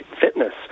fitness